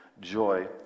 joy